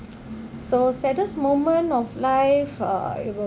so saddest moment of life uh it will